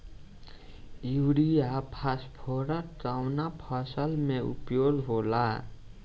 Urea phosphorus कवना फ़सल में उपयोग होला?